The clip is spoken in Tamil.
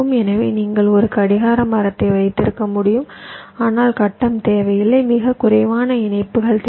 எனவே நீங்கள் ஒரு கடிகார மரத்தை வைத்திருக்க முடியும் ஆனால் கட்டம் தேவையில்லை மிகக் குறைவான இணைப்புகள் தேவை